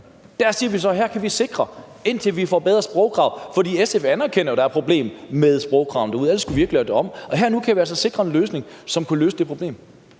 Der siger vi så, at det kan vi sikre, indtil vi får bedre sprogkrav. For SF anerkender jo, at der er et problem med sprogkravene derude; ellers skulle vi jo ikke lave det om. Og her og nu kan vi altså sikre en løsning på det problem.